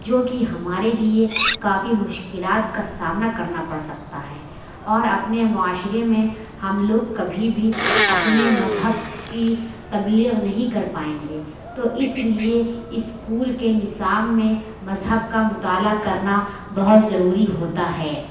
جو کہ ہمارے لیے کافی مشکلات کا سامنا کرنا پڑ سکتا ہے اور اپنے معاشرے میں ہم لوگ کبھی بھی اپنے مذہب کی تبلیغ نہیں کر پائیں گے تو اس لیے اسکول کے نصاب میں مذہب کا مطالعہ کرنا بہت ضروری ہوتا ہے